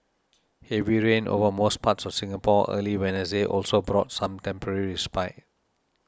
heavy rain over most parts of Singapore early Wednesday also brought some temporary respite